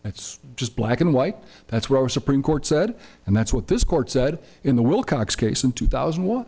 that's just black and white that's what our supreme court said and that's what this court said in the wilcox case in two thousand